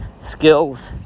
skills